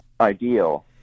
ideal